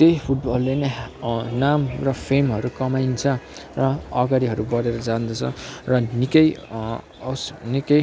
त्यही फुटबलले नै नाम र फेमहरू कमाइन्छ र अगाडिहरू बढेर जाँदछ र निकै निकै